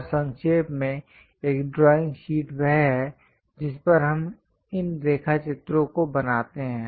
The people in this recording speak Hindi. और संक्षेप में एक ड्राइंग शीट वह है जिस पर हम इन रेखाचित्रों को बनाते हैं